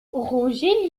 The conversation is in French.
roger